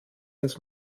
ins